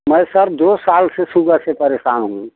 मैं सर दो साल से सुगर से परेशान हूँ